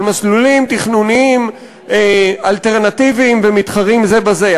מסלולים תכנוניים אלטרנטיביים ומתחרים זה בזה?